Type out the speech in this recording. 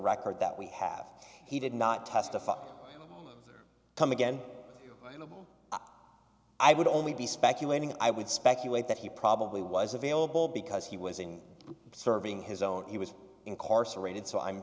record that we have he did not testify come again i would only be speculating i would speculate that he probably was available because he was in serving his own he was incarcerated so i'm